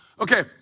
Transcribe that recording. okay